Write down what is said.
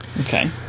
okay